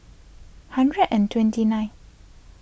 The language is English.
hundred and twenty nine